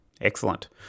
excellent